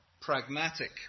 pragmatic